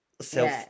self